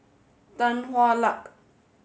Tan Hwa Luck